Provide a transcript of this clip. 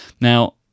Now